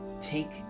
take